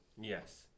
Yes